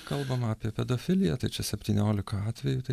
kalbama apie pedofiliją tai čia septyniolika atvejų tai